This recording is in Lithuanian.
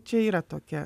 čia yra tokia